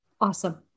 Awesome